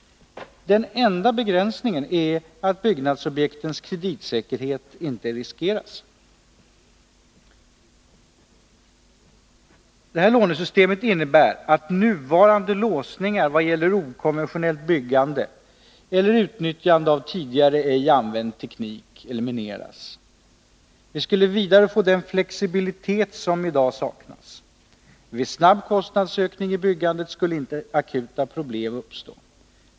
Den enda begränsningen är att byggnadsobjektens kreditsäkerhet inte riskeras. Detta lånesystem innebär att nuvarande låsningar vad gäller okonventionellt byggande eller utnyttjande av tidigare ej använd teknik elimineras. Vi skulle vidare få den flexibilitet som i dag saknas. Vid snabb kostnadsökning i byggandet skulle inte akuta problem uppstå.